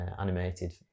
animated